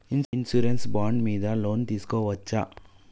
Insurance bond మీద loan తీస్కొవచ్చా?